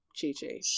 Chi-Chi